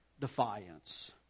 defiance